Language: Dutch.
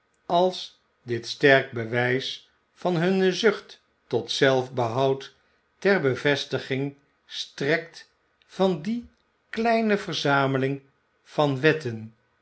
als dit sterk bewijs van hunne zucht tot zelfbehoud ter bevestiging strekt van die kleine verzameling van wetten